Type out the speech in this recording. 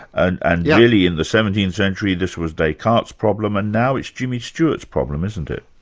and and really in the seventeenth century this was descartes' problem and now it's jimmy stewart's problem, isn't it?